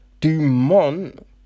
Dumont